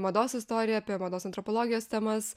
mados istoriją apie mados antropologijos temas